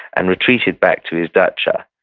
and retreated back to his dacha,